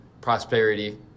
prosperity